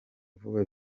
vuba